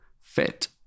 fit